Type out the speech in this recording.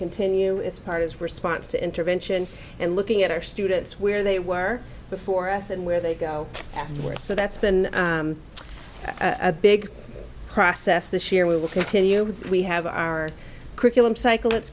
continue its part as response to intervention and looking at our students where they were before us and where they go afterwards so that's been a big process this year we will continue we have our curriculum cycle